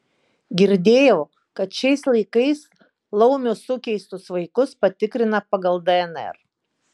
girdėjau kad šiais laikais laumių sukeistus vaikus patikrina pagal dnr